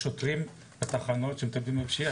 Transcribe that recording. יש שוטרים בתחנות שמטפלים בפשיעה.